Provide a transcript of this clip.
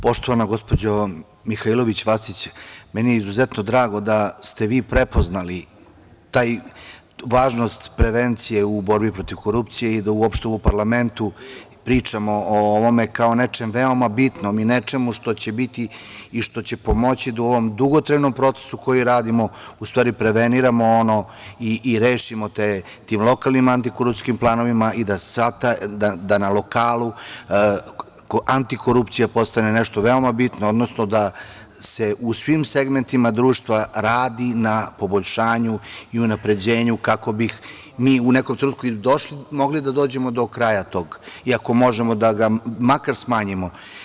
Poštovana gospođo Mihailović Vacić, meni je izuzetno drago da ste vi prepoznali važnost prevencije u borbi protiv korupcije i da uopšte u parlamentu pričamo o ovome kao nečem veoma bitnom i nečemu što će biti i što će pomoći da u ovom dugotrajnom procesu koji radimo u stvari preveniramo i rešimo tim antikorupcijskim planovima i da na lokalu antikorupcija postane nešto veoma bitno, odnosno da se u svim segmentima društva radi na poboljšanju i unapređenju kako bi mi u nekom trenutku mogli da dođemo do kraja tog i ako možemo da ga makar smanjimo.